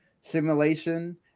simulation